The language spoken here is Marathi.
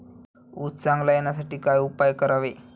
ऊस चांगला येण्यासाठी काय उपाय करावे?